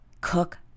cook